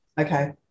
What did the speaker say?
Okay